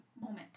moment